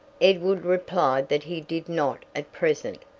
edward replied that he did not at present,